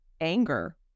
anger